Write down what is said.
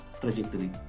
trajectory